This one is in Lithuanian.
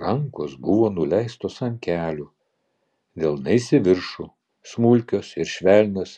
rankos buvo nuleistos ant kelių delnais į viršų smulkios ir švelnios